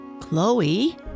Chloe